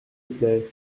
plait